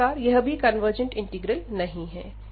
इसी प्रकार यह भी कनवर्जेंट इंटीग्रल नहीं है